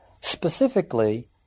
specifically